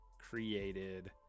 created